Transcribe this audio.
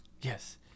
Yes